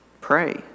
pray